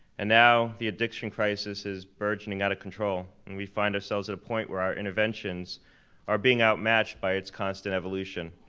and now the addiction crisis is burgeoning out of control, and we find ourselves at a point where our interventions are being outmatched by its constant evolution.